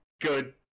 good